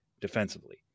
defensively